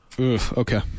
okay